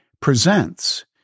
presents